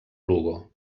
lugo